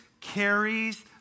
carries